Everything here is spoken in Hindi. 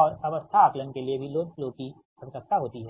और अवस्था आंकलन के लिए भी लोड फ्लो कि आवश्यकता होती है